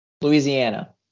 Louisiana